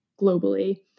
globally